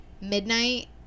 midnight